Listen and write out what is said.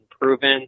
proven